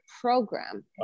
program